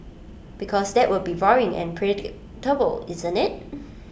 because that will be boring and predictable isn't IT